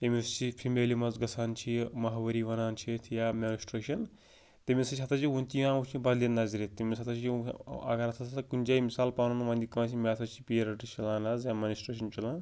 ییٚمِس یہِ فِمیلہِ منٛز گژھان چھِ یہِ ماہوٲری وَنان چھِ یَتھ یا میٚنسٹرٛیشَن تٔمِس سۭتۍ ہَسا چھِ وُنہِ تہِ یوان وُچھنہٕ بَدلہِ نظرِ تٔمِس ہَسا چھِ اگر ہَسا سۄ کُنہِ جایہِ مِثال پَنُن وَنہِ کٲنٛسہِ مےٚ ہَسا چھِ پیٖریٚڈٕس چَلان آز یا میٚنِسٹرٛیشَن چَلان